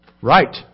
right